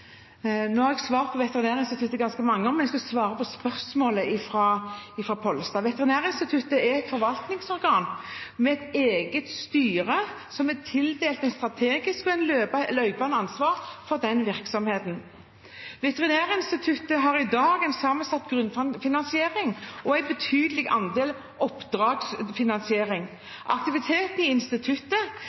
Nå har jeg svart på spørsmål om Veterinærinstituttet ganske mange ganger, men jeg skal svare på spørsmålet fra representanten Pollestad. Veterinærinstituttet er et forvaltningsorgan med et eget styre, som er tildelt et strategisk og løpende ansvar for virksomheten. Veterinærinstituttet har i dag en sammensatt grunnfinansiering og en betydelig andel oppdragsfinansiering. Aktiviteten i instituttet